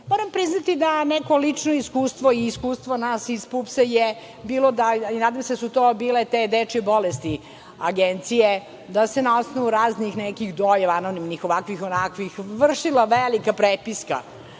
ljude. Moram priznati da neko lično iskustvo i iskustvo nas iz PUPS-a je bilo da se, nadam se da su to bile te dečje bolesti Agencije, na osnovu raznih nekih dojava, anonimnih, ovakvih, onakvih, vršila velika prepiska